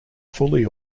fully